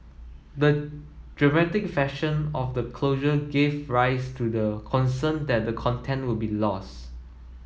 the dramatic fashion of the closure gave rise to the concern that the content would be lost